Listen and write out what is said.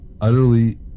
utterly